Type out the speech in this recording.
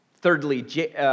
Thirdly